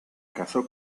casó